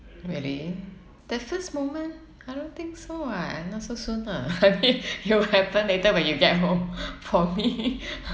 really the first moment I don't think so [what] I'm not so soon ah I mean it'll happen later when you get home for me